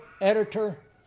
editor